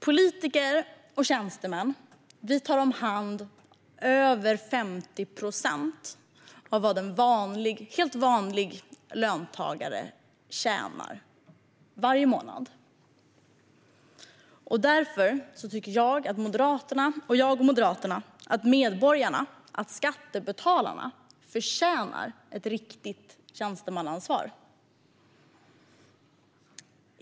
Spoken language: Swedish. Politiker och tjänstemän tar om hand över 50 procent av vad en helt vanlig löntagare tjänar varje månad. Därför tycker jag och Moderaterna att medborgarna och skattebetalarna förtjänar ett riktigt tjänstemannaansvar.